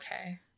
Okay